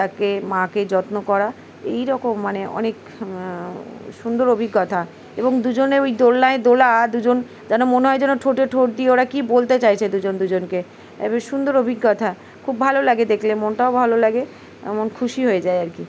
তাকে মাকে যত্ন করা এই রকম মানে অনেক সুন্দর অভিজ্ঞতা এবং দুজনে ওই দোলনায় দোলা দুজন যেন মনে হয় যেন ঠোঁটে ঠোঁট দিয়ে ওরা কী বলতে চাইছে দুজন দুজনকে এবার সুন্দর অভিজ্ঞতা খুব ভালো লাগে দেখলে মনটাও ভালো লাগে এমন খুশি হয়ে যায় আর কি